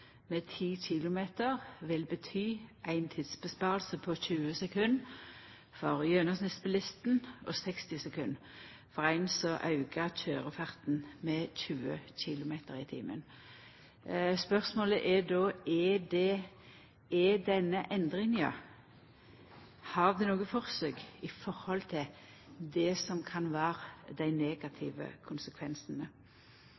med 10 km/t vil bety ei tidsinnsparing på 20 sekund for gjennomsnittsbilisten og 60 sekund for ein som aukar køyrefarten med 20 km/t. Spørsmålet er då: Har denne endringa noko for seg med tanke på dei negative konsekvensane? Det er vel kjent når det gjeld trafikktryggleik, at det er fleire tiltak som